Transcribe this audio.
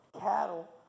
cattle